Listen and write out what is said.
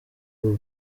will